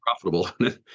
profitable